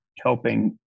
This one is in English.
helping